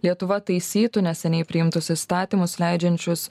lietuva taisytų neseniai priimtus įstatymus leidžiančius